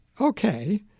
okay